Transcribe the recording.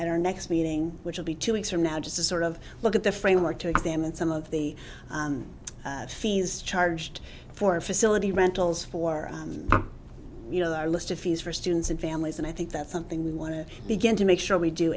at our next meeting which will be two weeks from now just to sort of look at the framework to examine some of the fees charged for our facility rentals for you know our list of fees for students and families and i think that's something we want to begin to make sure we do